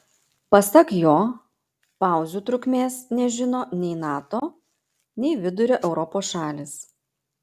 pasak jo pauzių trukmės nežino nei nato nei vidurio europos šalys